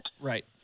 Right